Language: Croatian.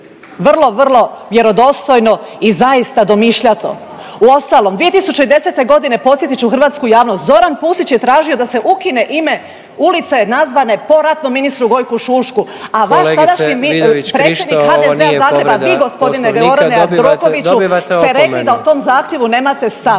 vrlo, vrlo vjerodostojno i zaista domišljato. Uostalom 2010.g. podsjetit ću hrvatsku javnost, Zoran Pusić je tražio da se ukine ime ulice nazvane po ratnom ministru Gojku Šušku, a vaš tadašnji predsjednik HDZ-a …/Upadica predsjednik: Kolegice Vidović Krišto ovo nije povreda